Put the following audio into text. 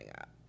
up